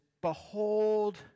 Behold